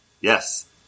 Yes